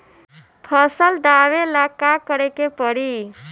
फसल दावेला का करे के परी?